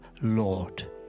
Lord